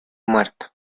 muerto